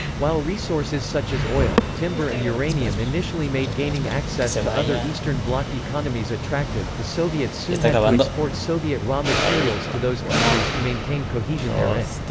while resources such as oil, timber and uranium initially made gaining access to other eastern bloc economies attractive, the soviets soon had to export soviet raw materials to those countries to maintain cohesion therein.